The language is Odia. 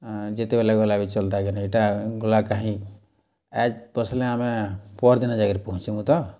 ଯେତେବେଲେ ଗଲେ ବି ଚଲ୍ତା କି ନାଇଁ ଆଗେ ନାହିଁ ଇଟା ଗଲା କାହିଁ ଆଏଜ୍ ବସ୍ଲେ ଆମେ ପର୍ ଦିନ ଯାଇକରି ପୁହଞ୍ଚିମୁ ତ